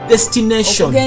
destination